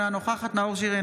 אינה נוכחת נאור שירי,